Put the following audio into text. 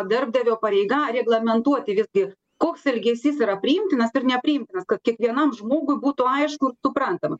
darbdavio pareiga reglamentuoti visgi koks elgesys yra priimtinas ir nepriimtinas kad kiekvienam žmogui būtų aišku ir suprantama